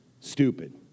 stupid